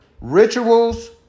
Rituals